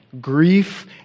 Grief